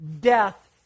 death